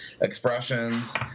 expressions